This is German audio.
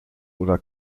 oder